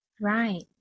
right